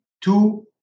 Two